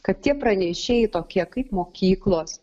kad tie pranešėjai tokie kaip mokyklos